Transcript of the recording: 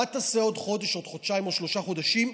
מה תעשה עוד חודש, עוד חודשיים או שלושה חודשים?